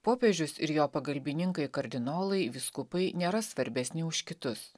popiežius ir jo pagalbininkai kardinolai vyskupai nėra svarbesni už kitus